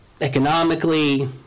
economically